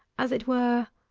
as it were,